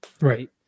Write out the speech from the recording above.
right